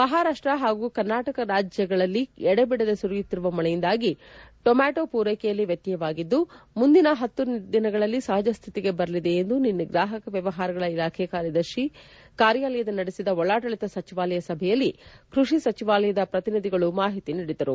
ಮಹಾರಾಷ್ಷ ಹಾಗೂ ಕರ್ನಾಟಕ ರಾಜ್ಯಗಳಲ್ಲಿ ಎಡೆಬಿಡದೆ ಸುರಿಯುತ್ತಿರುವ ಮಳೆಯಿಂದಾಗಿ ಟೊಮ್ಕಾಟೋ ಪೂರೈಕೆಯಲ್ಲಿ ವ್ಯಕ್ತಯವಾಗಿದ್ದು ಮುಂದಿನ ಪತ್ತು ದಿನಗಳಲ್ಲಿ ಸಪಜ ಶ್ಥಿತಿಗೆ ಬರಲಿದೆ ಎಂದು ನಿನ್ನೆ ಗ್ರಾಹಕ ವ್ಯವಹಾರಗಳ ಇಲಾಖೆ ಕಾರ್ಯಾಲಯ ನಡೆಸಿದ ಒಳಾಡಳಿತ ಸಚಿವಾಲಯ ಸಭೆಯಲ್ಲಿ ಕೃಷಿ ಸಚಿವಾಲಯದ ಪ್ರತಿನಿಧಿಗಳು ಮಾಹಿತಿ ನೀಡಿದರು